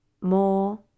more